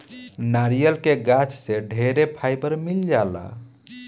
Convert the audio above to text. नारियल के गाछ से ढेरे फाइबर मिल जाला